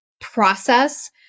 process